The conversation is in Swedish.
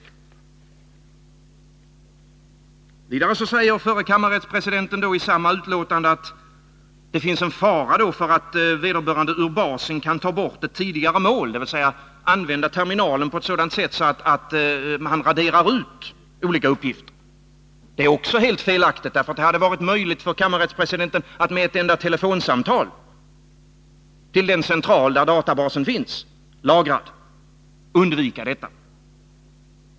I samma utlåtande säger förre kammarrättspresidenten också att det finns en fara för att vederbörande ur databasen kan ta bort ett tidigare mål, dvs. använda terminalen på ett sådant sätt att han raderar ut olika uppgifter. Det är också helt felaktigt, för det hade varit möjligt för kammarrättspresidenten att med ett enda telefonsamtal till den central där databasen finns lagrad undvika detta.